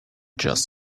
just